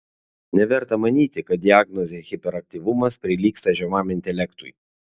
neverta manyti kad diagnozė hiperaktyvumas prilygsta žemam intelektui